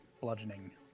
bludgeoning